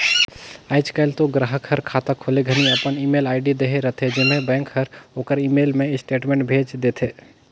आयज कायल तो गराहक हर खाता खोले घनी अपन ईमेल आईडी देहे रथे जेम्हें बेंक हर ओखर ईमेल मे स्टेटमेंट भेज देथे